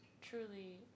truly